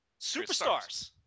superstars